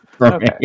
Okay